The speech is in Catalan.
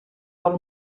del